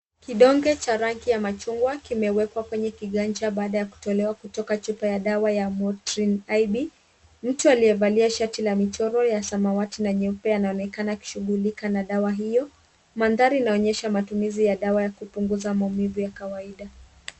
Kidonge cha rangi ya machungwa kimewekwa kwenye kiganja baada ya kutolewa kutoka chupa ya dawa ya Motrin IB. Mtu aliyevalia shati la michoro ya samawati na nyeupe anaonekana akishughulika na dawa hiyo. Mandhari inaonyesha matumizi ya dawa ya kupunguza maumivu ya kawaida.